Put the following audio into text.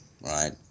right